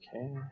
Okay